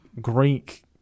Greek